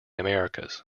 americas